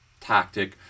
tactic